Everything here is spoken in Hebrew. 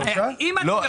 לא,